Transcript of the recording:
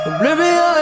Oblivion